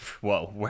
whoa